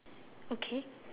okay